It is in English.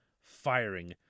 firing